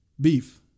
Beef